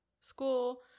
school